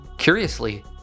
Curiously